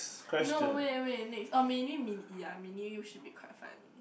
no wait wait next oh maybe Min-Yi ya Min-Yi should be quite funny